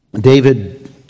David